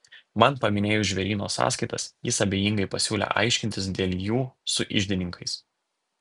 man paminėjus žvėryno sąskaitas jis abejingai pasiūlė aiškintis dėl jų su iždininkais